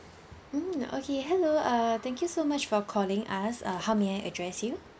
mm okay hello uh thank you so much for calling us uh how may I address you